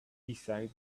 decided